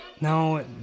No